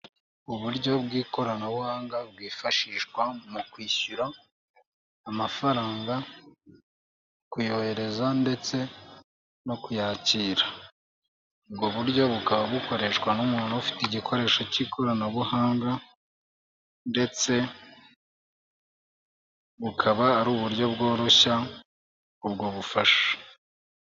Uburyo bw'ikoranabuhanga bwifashishwa mu kwishyura amafaranga kuyohereza ndetse no kuyakira ubwo buryo bukaba bukoreshwa n'umuntu ufite igikoresho cy'ikoranabuhanga ndetse bukaba ari uburyo bworoshya ubwo bufasha.